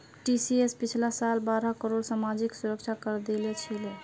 TCS पिछला साल बारह करोड़ सामाजिक सुरक्षा करे दिल छिले